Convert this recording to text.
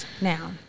Now